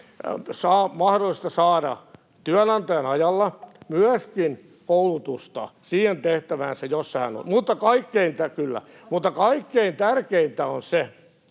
on mahdollista saada työnantajan ajalla myöskin koulutusta siihen tehtäväänsä, jossa hän on. [Välihuuto] — Kyllä. — Mutta kaikkein tärkeintä on se,